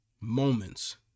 Moments